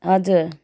हजुर